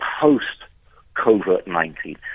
post-COVID-19